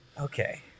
Okay